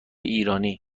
ایرانی